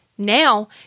Now